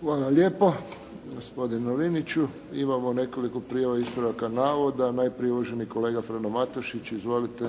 Hvala lijepo gospodinu Liniću. Imamo nekoliko prijava ispravaka navoda. Najprije uvaženi kolega Frano Matušić. Izvolite.